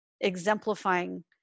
exemplifying